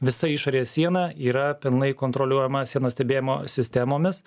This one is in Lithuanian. visa išorės siena yra pilnai kontroliuojama sienos stebėjimo sistemomis